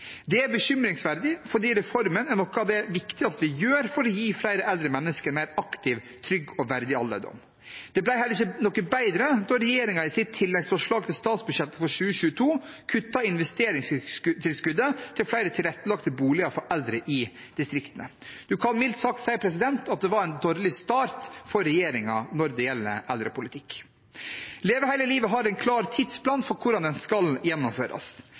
Det er bekymringsverdig, for reformen er noe av det viktigste vi gjør for å gi flere eldre mennesker en mer aktiv, trygg og verdig alderdom. Det ble heller ikke noe bedre da regjeringen i sitt tilleggsforslag til statsbudsjettet for 2022 kuttet investeringstilskuddet til flere tilrettelagte boliger for eldre i distriktene. Man kan mildt sagt si at det var en dårlig start for regjeringen når det gjelder eldrepolitikk. Leve hele livet har en klar tidsplan for hvordan den skal gjennomføres.